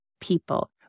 people